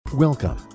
Welcome